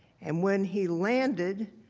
and when he landed,